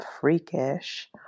freakish